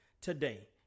today